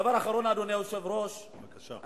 דבר אחרון, אדוני היושב-ראש, בבקשה.